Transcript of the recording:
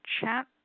chat